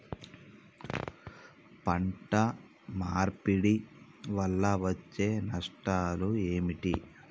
పంట మార్పిడి వల్ల వచ్చే నష్టాలు ఏమిటి?